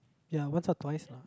ya once or twice lah